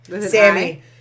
Sammy